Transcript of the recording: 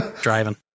Driving